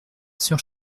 sur